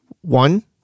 One